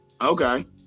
Okay